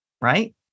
Right